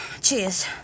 Cheers